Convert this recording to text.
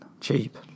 Cheap